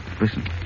Listen